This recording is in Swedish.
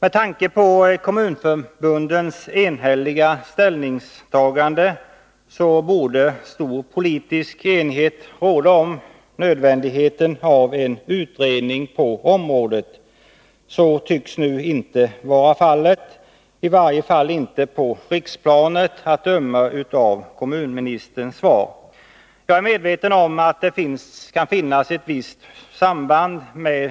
Med tanke på kommunförbundens enhälliga ställningstagande borde stor politisk enighet råda om nödvändigheten av en utredning på området. Så tycks nu inte vara fallet, i varje fall inte på riksplanet, att döma av kommunministerns svar. Jag är medveten om att det kan finnas ett visst samband med